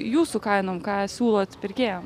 jūsų kainom ką siūlot pirkėjam